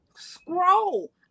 Scroll